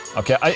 ok,